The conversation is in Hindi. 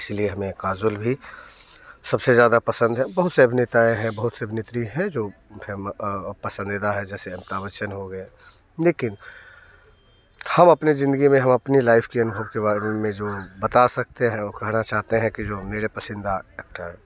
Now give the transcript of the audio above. इस लिए हमें काजोल भी सब से ज़्यादा पसंद है बहुत से अभिनेता हैं बहुत सी अभिनेत्री हैं जो म पसंदीदा है जैसे अमिताभ बच्चन हो गए लेकिन हम अपनी जिंदगी में हम अपनी लाइफ़ के अनुभव के बारे में जो बता सकते हैं वो कहना चाहते हैं कि जो मेरे पसंदीदा एक्टर